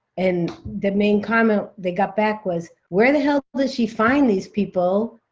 and the main comment they got back was, where the hell did she find these people,